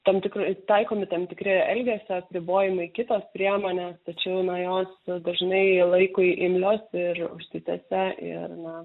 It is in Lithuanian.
tam tikrai taikomi tam tikri elgesio apribojimai kitos priemonės tačiau na jos dažnai laikui imlios ir užsitęsia ir na